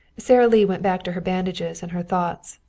sara lee went back to her bandages and her thoughts.